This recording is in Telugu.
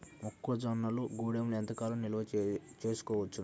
మొక్క జొన్నలు గూడంలో ఎంత కాలం నిల్వ చేసుకోవచ్చు?